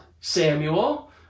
Samuel